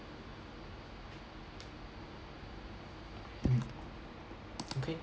mm okay